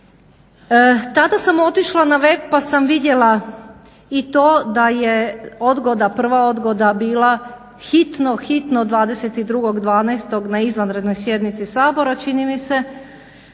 tada sam otišla na web pa sam vidjela ta je i prva odgoda bila hitno, hitno 22.12. na izvanrednoj sjednici Sabora čini mi se,